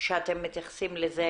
שאתם מתייחסים לזה